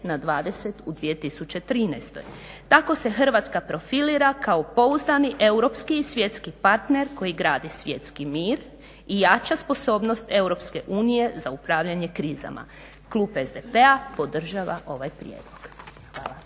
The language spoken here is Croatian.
na 20 u 2013. Tako se Hrvatska profilira kao pouzdani europski i svjetski partner koji gradi svjetski mir i jača sposobnost EU za upravljanje krizama. Klub SDP-a podržava ovaj prijedlog.